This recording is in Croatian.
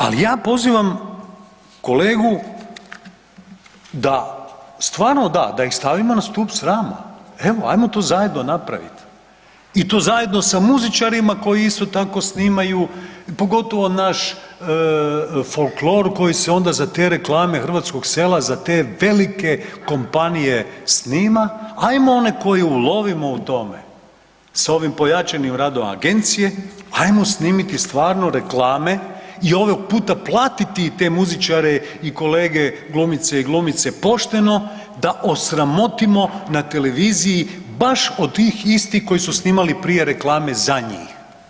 Ali ja pozivam kolegu da stvarno da, da ih stavimo na stup srama, evo to zajedno napravit i to zajedno sa muzičarima koji isto tako snimaju pogotovo naš folklor koji se onda za te reklame hrvatskog sela, za te velike kompanije snima, ajmo one koje ulovimo u tome sa ovim pojačanim radom agencije, ajmo snimiti stvarno reklame i ovog puta platiti i te muzičare i kolege glumice i glumce pošteno da osramotimo na televiziji baš od tih istih koji su snimali prije reklame za njih.